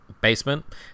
basement